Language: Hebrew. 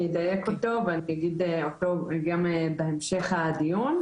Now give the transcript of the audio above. אני אדייק אותו ואני אגיד אותו גם בהמשך הדיון.